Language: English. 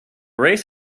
race